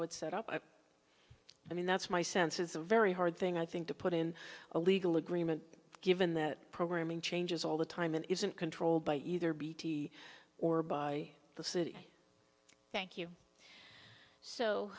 would set up i mean that's my sense is a very hard thing i think to put in a legal agreement given that programming changes all the time isn't controlled by either bt or by the city thank you